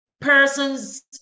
Persons